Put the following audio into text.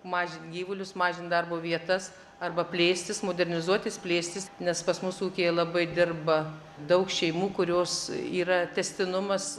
mažint gyvulius mažint darbo vietas arba plėstis modernizuotis plėstis nes pas mus ūkyje labai dirba daug šeimų kurios yra tęstinumas